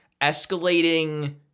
escalating